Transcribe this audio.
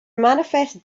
manifest